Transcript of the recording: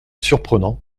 surprenant